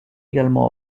également